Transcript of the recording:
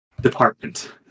department